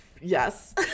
yes